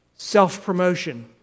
Self-promotion